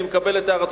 לא היה קורה